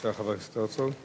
חבר הכנסת הרצוג,